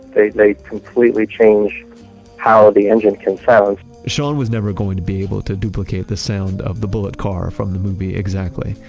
they they completely change how the engine can sound shawn was never going to be able to duplicate the sound of the bullitt car from the movie exactly.